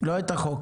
לא את החוק.